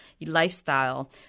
lifestyle